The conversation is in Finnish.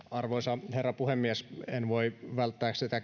arvoisa herra puhemies en voi välttää